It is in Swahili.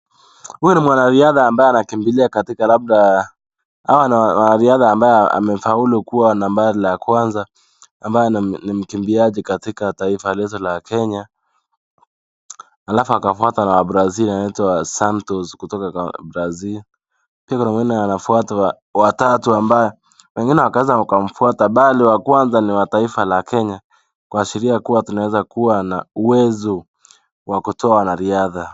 Huyu ni mwanariadha ambaye anakimbilia katika labda, hawa ni wanariadha ambao wamefaulu kuwa nambari la kwanza, ambaye ni mkimbiaji katika taifa letu la Kenya. Halafu akafuata na wa Brazil anaitwa Santos kutoka Brazil. Pia kuna mwingine anafuata wa tatu ambao wengine wakaanza wakamfuata. Bali wa kwanza ni wa taifa la Kenya, kuashiria kuwa tunaweza kuwa na uwezo wa kutoa wanariadha.